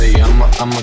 I'ma